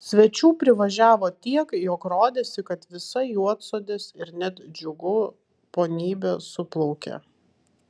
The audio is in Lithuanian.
svečių privažiavo tiek jog rodėsi kad visa juodsodės ir net džiugų ponybė suplaukė